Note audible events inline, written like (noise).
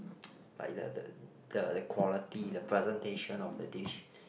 (noise) like the the the quality the presentation of the dish